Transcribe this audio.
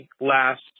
last